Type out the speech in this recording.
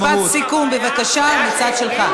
משפט סיכום בבקשה מהצד שלך.